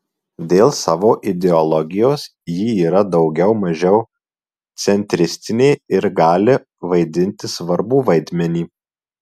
dėl savo ideologijos ji yra daugiau mažiau centristinė ir gali vaidinti svarbų vaidmenį